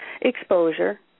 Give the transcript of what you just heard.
Exposure